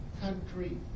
country